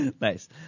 Nice